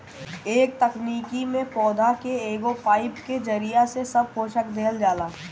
ए तकनीकी में पौधा के एगो पाईप के जरिया से सब पोषक देहल जाला